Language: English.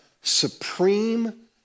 supreme